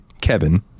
Kevin